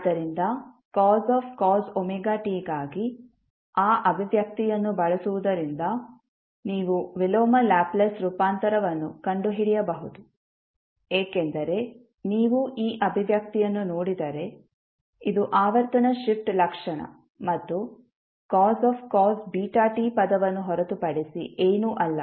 ಆದ್ದರಿಂದ cos wt ಗಾಗಿ ಆ ಅಭಿವ್ಯಕ್ತಿಯನ್ನು ಬಳಸುವುದರಿಂದ ನೀವು ವಿಲೋಮ ಲ್ಯಾಪ್ಲೇಸ್ ರೂಪಾಂತರವನ್ನು ಕಂಡುಹಿಡಿಯಬಹುದು ಏಕೆಂದರೆ ನೀವು ಈ ಅಭಿವ್ಯಕ್ತಿಯನ್ನು ನೋಡಿದರೆ ಇದು ಆವರ್ತನ ಶಿಫ್ಟ್ ಲಕ್ಷಣ ಮತ್ತು cos βt ಪದವನ್ನು ಹೊರತುಪಡಿಸಿ ಏನೂ ಅಲ್ಲ